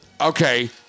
Okay